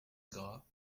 gras